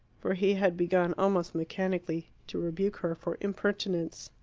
for he had begun, almost mechanically, to rebuke her for impertinence.